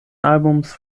albums